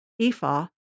Ephah